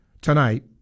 tonight